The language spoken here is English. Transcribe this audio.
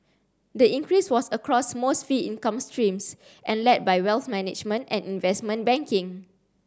the increase was across most fee income streams and led by wealth management and investment banking